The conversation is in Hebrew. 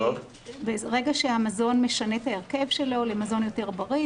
ברגע שהמזון משנה את ההרכב שלו למזון יותר בריא,